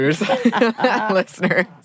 listeners